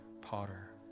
potter